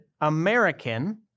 American